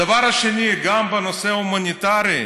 הדבר השני, גם בנושא ההומניטרי,